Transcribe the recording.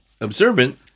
observant